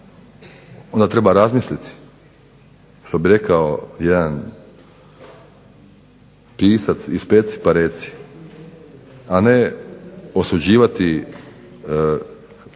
onda treba razmisliti što bi rekao jedan pisac ispeci pa reci, a ne osuđivati Hrvatsku